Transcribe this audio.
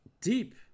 deep